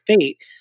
fate